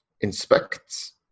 inspects